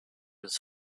was